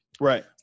Right